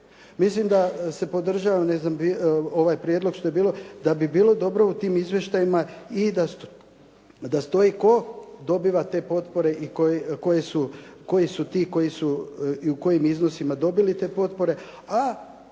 Mislim da podržavam ovaj prijedlog što je bilo, da bi bilo dobro u tim izvještajima da stoji tko dobiva te potpore i koji su ti i u kojim iznosima dobili te potpore.